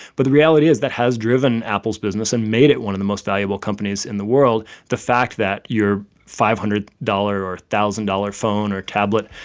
but the reality is that has driven apple's business and made it one of the most valuable companies in the world the fact that your five hundred dollars or one thousand dollars phone or tablet